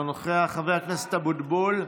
אינו נוכח, חבר הכנסת אבוטבול,